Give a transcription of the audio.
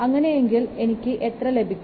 അങ്ങനെയെങ്കിൽ എനിക്ക് എത്ര ലഭിക്കും